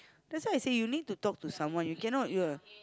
that's why I say you need to talk to someone you cannot yeah